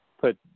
put